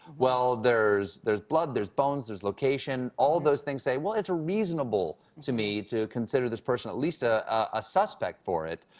there's there's blood, there's bones, there's location, all those things say well it's ah reasonable to me to consider this person at least a ah suspect for it.